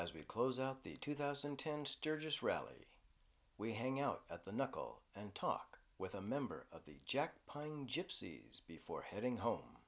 as we close out the two thousand and ten sturgis rally we hang out at the knuckle and talk with a member of the jack pine gypsies before heading home